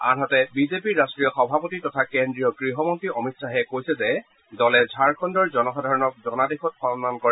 আনহাতে বিজেপিৰ ৰাষ্ট্ৰীয় সভাপতি তথা কেন্দ্ৰীয় গৃহমন্তী অমিত খাহে কৈছে যে দলে ঝাৰখণ্ডৰ জনসাধাৰণৰ জনাদেশক সন্মান কৰে